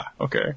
okay